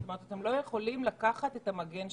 זאת אומרת, היא לא יכולה לקחת את המגן שלהם.